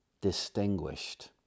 distinguished